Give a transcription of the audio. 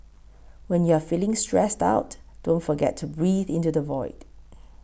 when you are feeling stressed out don't forget to breathe into the void